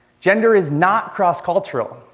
gender is not cross-cultural.